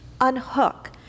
unhook